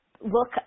look